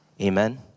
Amen